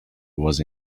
was